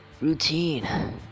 routine